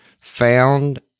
found